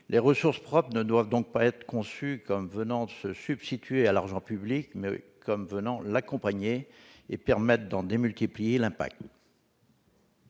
Les ressources propres ne doivent donc pas être conçues comme venant se substituer à l'argent public, mais comme venant l'accompagner et permettre d'en démultiplier l'impact.